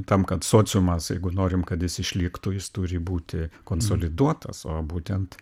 tam kad sociumas jeigu norim kad jis išliktų jis turi būti konsoliduotas o būtent